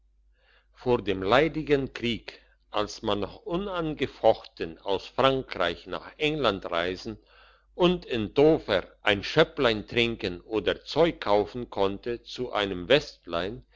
vor dem leidigen krieg als man noch unangefochten aus frankreich nach england reisen und in dover ein schöpplein trinken oder zeug kaufen konnte zu einem westlein